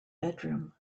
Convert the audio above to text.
bedroom